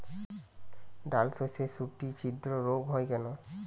ডালশস্যর শুটি ছিদ্র রোগ হয় কেন?